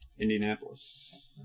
Indianapolis